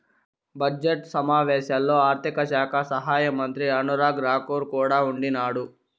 budget సమావేశాల్లో ఆర్థిక శాఖ సహాయమంత్రి అనురాగ్ రాకూర్ కూడా ఉండిన్నాడు